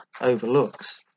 overlooks